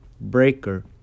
Breaker